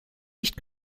nicht